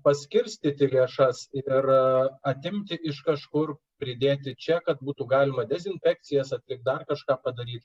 paskirstyti lėšas ir atimti iš kažkur pridėti čia kad būtų galima dezinfekcijas atlikt dar kažką padaryt